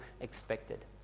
expected